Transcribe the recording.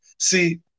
See